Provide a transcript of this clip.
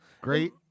Great